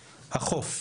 החוף,